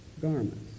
garments